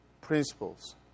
principles